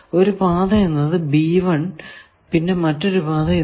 ഒരു പാത എന്നത് പിന്നെ മറ്റൊരു പാത ഇതാണ്